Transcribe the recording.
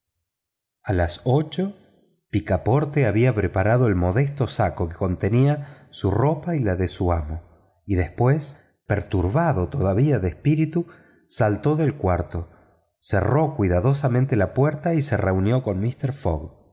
a las ocho picaporte había preparado el modesto saco que contenía su ropa y la de su amo y después perturbado todavía de espíritu salió del cuarto cerró cuidadosamente la puerta y se reunió con mister fogg